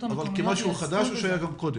המקומיות --- אבל כמשהו חדש או שהיה גם קודם?